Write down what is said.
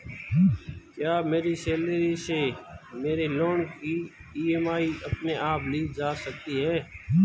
क्या मेरी सैलरी से मेरे लोंन की ई.एम.आई अपने आप ली जा सकती है?